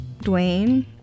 Dwayne